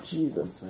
Jesus